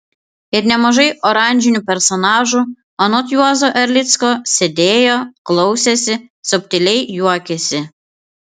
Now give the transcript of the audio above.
ir nemažai oranžinių personažų anot juozo erlicko sėdėjo klausėsi subtiliai juokėsi